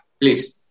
Please